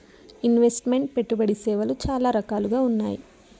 invest meant పెట్టుబడి సేవలు చాలా రకాలుగా ఉన్నాయి